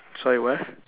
sorry what